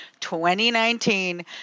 2019